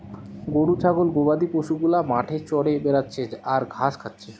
গরু ছাগল গবাদি পশু গুলা মাঠে চরে বেড়াচ্ছে আর ঘাস খাচ্ছে